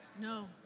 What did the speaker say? no